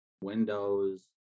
windows